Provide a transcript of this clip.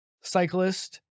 cyclist